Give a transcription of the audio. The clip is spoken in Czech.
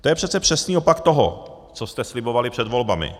To je přece přesný opak toho, co jste slibovali před volbami.